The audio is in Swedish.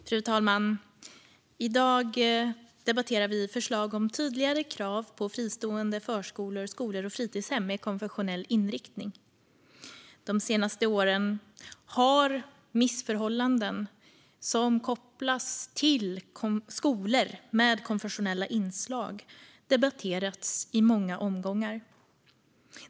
Fru talman! I dag debatterar vi förslag om tydligare krav på fristående förskolor, skolor och fritidshem med konfessionell inriktning. De senaste åren har missförhållanden kopplat till skolor med konfessionella inslag debatterats i många omgångar.